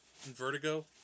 vertigo